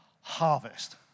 Harvest